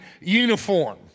uniform